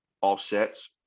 offsets